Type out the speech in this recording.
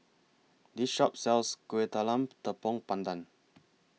This Shop sells Kueh Talam Tepong Pandan